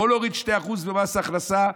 יכול להוריד 2% במס הכנסה.